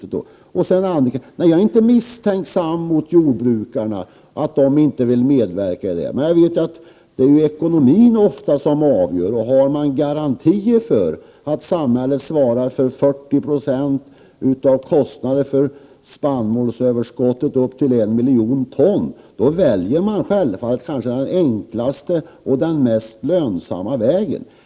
Nej, Annika Åhnberg, jag är inte misstänksam när det gäller jordbrukarna och deras medverkan. Jag vet dock att det ofta är ekonomin som avgör. Har man garantier för att samhället svarar för 40 96 av kostnaderna för spannmålsöverskottet upp till 1 miljon ton, väljer man självfallet den enklaste och mest lönsamma vägen.